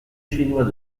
chinois